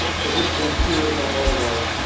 so this link here is on all of our